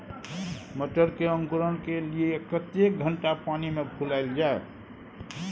मटर के अंकुरण के लिए कतेक घंटा पानी मे फुलाईल जाय?